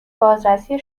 بازرسی